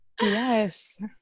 Yes